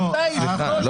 סליחה,